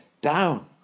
down